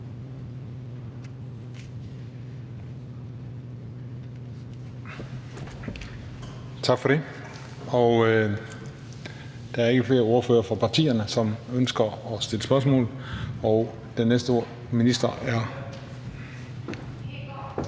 Tak for det. Der er ikke flere ordførere fra partierne, der ønsker at stille spørgsmål. Undskyld, hr.